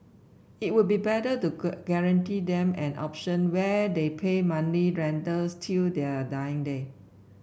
it would be better to guarantee them an option where they pay money rentals till their dying day